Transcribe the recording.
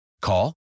Call